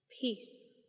Peace